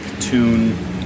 tune